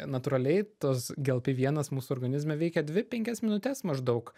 natūraliai tas glp vienas mūsų organizme veikia dvi penkias minutes maždaug